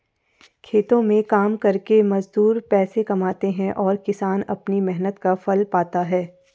खेतों में काम करके मजदूर पैसे कमाते हैं और किसान अपनी मेहनत का फल पाता है